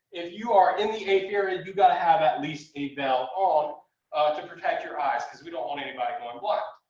if you are in the apiary, you got to have at least a veil on to protect your eyes because we don't want anybody going blind.